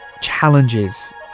challenges